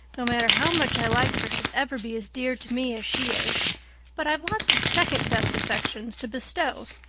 no matter how much i liked her, should ever be as dear to me as she is but i've lots of second-best affections to bestow.